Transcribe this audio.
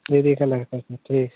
दीदी का लड़का था ठीक